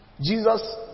Jesus